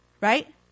right